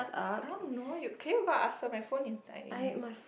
I don't know you can you go and ask them my phone is dying